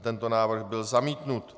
Tento návrh byl zamítnut.